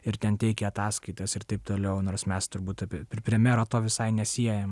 ir ten teikė ataskaitas ir taip toliau nors mes turbūt prie mero to visai nesiejam